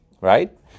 Right